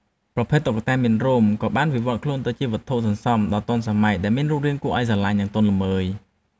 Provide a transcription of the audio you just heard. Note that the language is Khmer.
ប្រភេទតុក្កតាមានរោម ក៏បានវិវត្តខ្លួនទៅជាវត្ថុសន្សំដ៏ទាន់សម័យដែលមានរូបរាងគួរឱ្យស្រឡាញ់ និងទន់ល្មើយ។